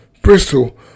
Bristol